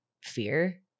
fear